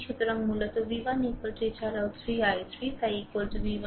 সুতরাং মূলত v1 এছাড়াও 3 i3 তাই V